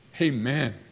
Amen